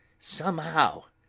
somehow,